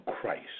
Christ